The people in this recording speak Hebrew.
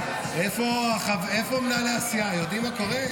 בהמשך לדיון הסיעתי --- עכשיו